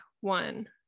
one